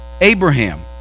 Abraham